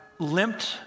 limped